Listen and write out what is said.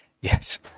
Yes